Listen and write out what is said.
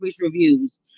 reviews